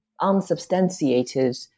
unsubstantiated